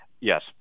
yes